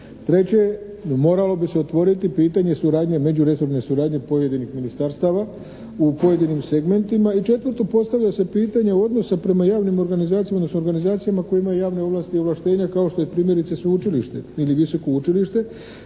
Treće, moralo bi se otvoriti pitanje suradnje, međuresorne suradnje pojedinih ministarstava u pojedinim segmentima. I četvrto postavlja se pitanje odnosa prema javnim organizacijama, odnosno organizacijama koje imaju javne ovlasti i ovlaštenja kao što je primjerice sveučilište ili visoko učilište